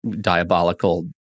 diabolical